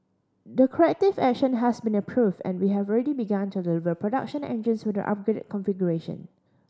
the corrective action has been approved and we have already begun to deliver production engines with the upgraded configuration